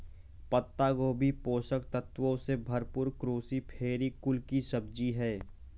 पत्ता गोभी पोषक तत्वों से भरपूर क्रूसीफेरी कुल की सब्जी है